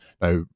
now